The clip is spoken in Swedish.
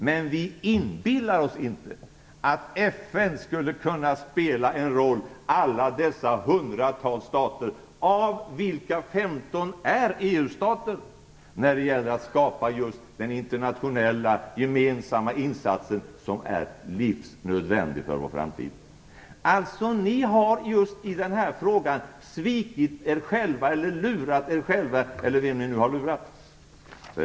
Men vi inbillar oss inte att FN - alla dessa hundratals stater av vilka 15 är EU-stater - skulle kunna spela en roll när det gäller att göra den internationella gemensamma insats som är livsnödvändig för vår framtid. Miljöpartisterna har i den här frågan svikit och lurat sig själva, eller vem de nu har lurat.